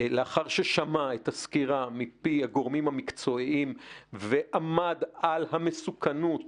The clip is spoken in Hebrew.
לאחר ששמע את הסקירה מפי הגורמים המקצועיים ועמד על המסוכנות